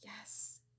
yes